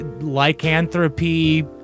Lycanthropy